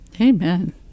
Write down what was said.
amen